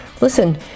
listen